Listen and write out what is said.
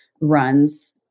runs